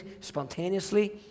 spontaneously